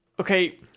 okay